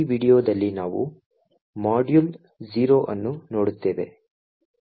ಈ ವೀಡಿಯೊದಲ್ಲಿ ನಾವು Module0 ಅನ್ನು ನೋಡುತ್ತೇವೆ